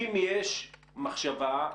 זה בגלל השפעות על דברים